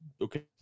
okay